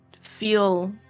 feel